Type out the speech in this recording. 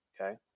okay